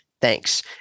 Thanks